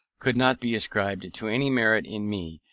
could not be ascribed to any merit in me,